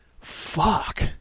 fuck